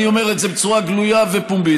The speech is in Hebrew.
אני אומר את זה בצורה גלויה ופומבית.